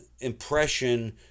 impression